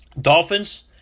Dolphins